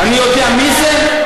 אני יודע מי זה?